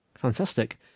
Fantastic